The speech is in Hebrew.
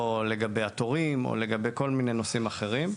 או לגבי התורים, או לגבי כל מיני נושאים אחרים.